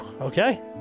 okay